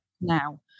now